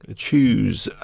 ah choose